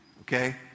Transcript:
Okay